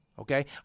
okay